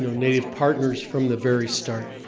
native partners from the very start.